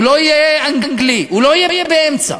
הוא לא יהיה אנגלי, הוא לא יהיה באמצע,